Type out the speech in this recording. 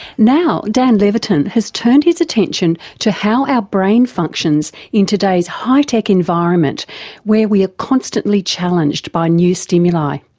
now dan levitin has now turned his attention to how our brain functions in today's high-tech environment where we are constantly challenged by new stimuli.